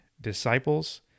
disciples